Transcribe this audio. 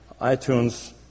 iTunes